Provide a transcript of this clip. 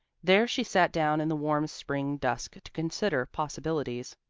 there she sat down in the warm spring dusk to consider possibilities.